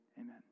Amen